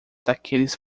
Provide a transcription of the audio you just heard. daqueles